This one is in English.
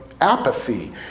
apathy